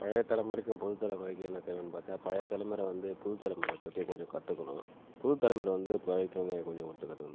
பழைய தலைமுறைக்கும் புது தலைமுறைக்கும் என்ன தேவைன்னு பார்த்தா பழைய தலைமுறை வந்து புது தலைமுறையை பற்றி கொஞ்சம் கற்றுக்கணும் புது தலைமுறை வந்து பழைய தலைமுறையை கொஞ்சம் ஒத்து கற்றுக்கணும்